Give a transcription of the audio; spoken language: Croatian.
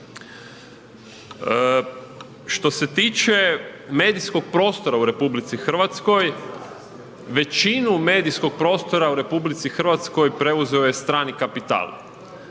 Što se tiče medijskog prostora u RH, većinu medijskog prostora u RH preuzeo je strani kapital.